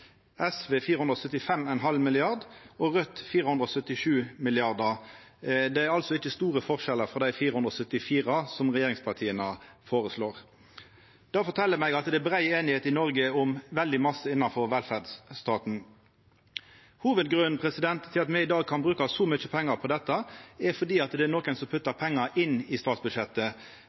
SV 475,5 mrd. kr og Raudt 477 mrd. kr. Det er altså ikkje store forskjellar frå dei 474 mrd. kr som regjeringspartia føreslår. Det fortel meg at det er brei einigheit i Noreg om veldig mykje innanfor velferdsstaten. Hovudgrunnen til at me i dag kan bruka så mykje pengar på dette, er at det er nokon som puttar pengar inn i statsbudsjettet.